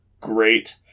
great